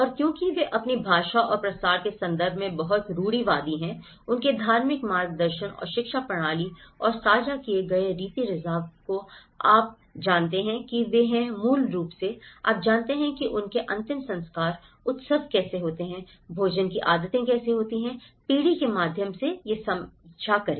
और क्योंकि वे अपनी भाषा और प्रसार के संदर्भ में बहुत रूढ़िवादी हैं उनके धार्मिक मार्गदर्शन और शिक्षा प्रणाली और साझा किए गए रीति रिवाजों को आप जानते हैं कि वे हैं मूल रूप से आप जानते हैं कि उनके अंतिम संस्कार उत्सव कैसे होते हैं भोजन की आदतें कैसे होती हैं पीढ़ी के माध्यम से साझा करें